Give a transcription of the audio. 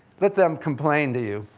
let them complain to you.